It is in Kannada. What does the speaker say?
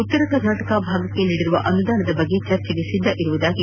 ಉತ್ತರ ಕರ್ನಾಟಕ ಭಾಗಕ್ಕೆ ನೀಡಿರುವ ಅನುದಾನದ ಬಗ್ಗೆ ಚರ್ಚಿಗೆ ಸಿದ್ದ ಇರುವುದಾಗಿ ಹೇಳಿದರು